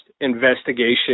investigation